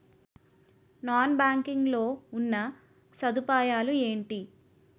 Non banking లో ఉన్నా సదుపాయాలు ఎంటి?